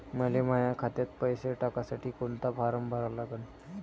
मले माह्या खात्यात पैसे टाकासाठी कोंता फारम भरा लागन?